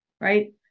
right